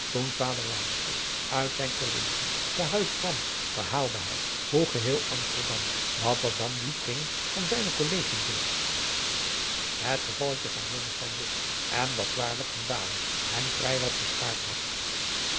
toen vader wynstok uit zijn kollegie te huis kwam verhaalde hij hoe geheel amsterdam dat was dan die kring van zijne kollegie broeders het gevalletje van blommesteyn wist en dat waarlük van dalen hem vrij wat gespaard had